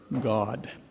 God